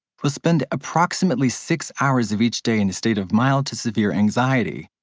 will spend approximately six hours of each day in a state of mild to severe anxiety,